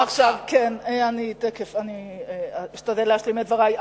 כן, תיכף, אני אשתדל להשלים את דברי.